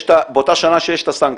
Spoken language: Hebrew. באותה שנה שיש את הסנקציה.